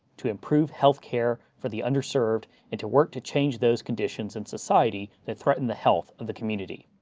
to improve healthcare for the underserved and to work to change those conditions in society that threaten the health of the community.